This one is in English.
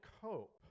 hope